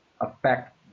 affect